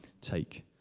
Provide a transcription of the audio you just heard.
take